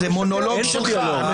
זה מונולוג שלך.